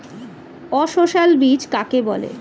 অসস্যল বীজ কাকে বলে?